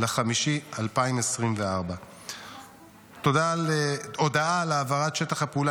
במאי 2024. הודעה על העברת שטח הפעולה